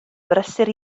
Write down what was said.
brysur